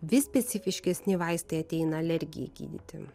vis specifiškesni vaistai ateina alergijai gydyti